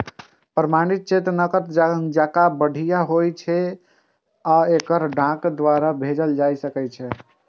प्रमाणित चेक नकद जकां बढ़िया होइ छै आ एकरा डाक द्वारा भेजल जा सकै छै